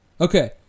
Okay